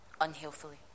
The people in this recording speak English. unhealthily